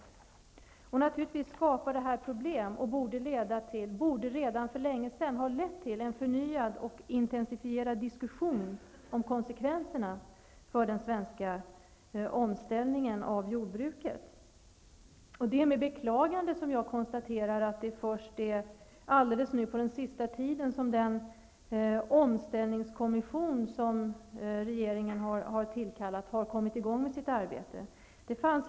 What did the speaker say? Detta skapar naturligtvis problem och borde redan för länge sedan ha lett till förnyad och intensifierad diskussion om konsekvenserna för den svenska omställningen av jordbruket. Det är med beklagande jag konstaterar att det först är nu på sista tiden som den omställningskommission regeringen har tillkallat har kommit i gång med sitt arbete.